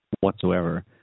whatsoever